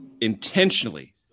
intentionally